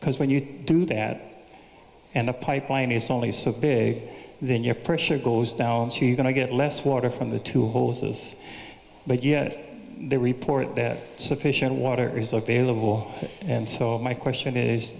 because when you do that and a pipeline is only so big then your pressure goes down she's going to get less water from the two horses but yet they report that sufficient water is available and so my question is